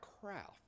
craft